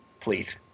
Please